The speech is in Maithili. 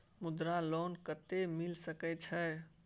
मुद्रा लोन कत्ते मिल सके छै?